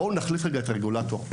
בואו תהיו כרגע הרגולטור.